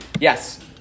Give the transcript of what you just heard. Yes